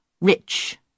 rich